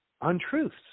untruths